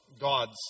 God's